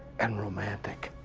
and romantic.